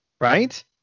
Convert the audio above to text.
right